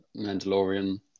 Mandalorian